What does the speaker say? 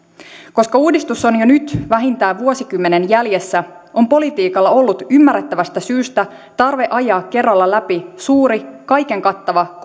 koska uudistus on jo nyt vähintään vuosikymmenen jäljessä on politiikalla ollut ymmärrettävästä syystä tarve ajaa kerralla läpi suuri kaiken kattava